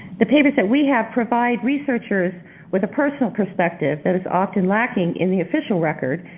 the papers that we have provide researchers with a personal perspective that is often lacking in the official record,